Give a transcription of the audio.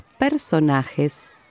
personajes